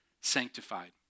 sanctified